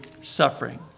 suffering